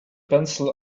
pencil